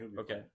Okay